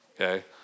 Okay